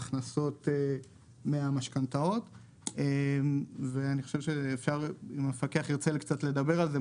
ההכנסות מהמשכנתאות ואני חושב שאם המפקח ירצה קצת לדבר על זה,